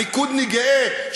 ליכודניק גאה,